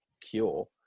cure